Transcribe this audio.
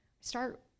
start